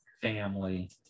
family